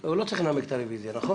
לא צריך לנמק את הרביזיה, נכון?